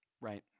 Right